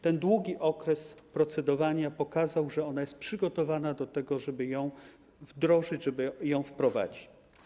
Ten długi okres procedowania pokazał, że ona jest przygotowana do tego, żeby ją wdrożyć, żeby ją wprowadzić.